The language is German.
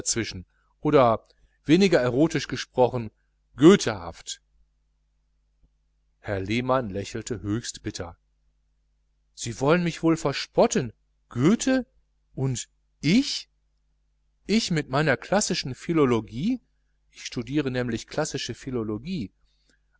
dazwischen oder weniger exotisch gesprochen goethehaft herr lehmann lächelte höchst bitter sie wollen mich wohl verspotten goethe und ich ich mit meiner klassischen philologie ich studiere nämlich klassische philologie